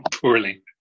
Poorly